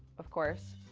of course.